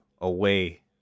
away